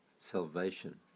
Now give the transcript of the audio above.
salvation